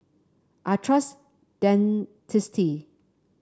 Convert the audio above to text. I trust Dentiste